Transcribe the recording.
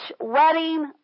wedding